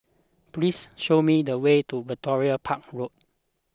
please show me the way to Victoria Park Road